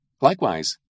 Likewise